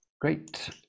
great